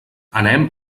anem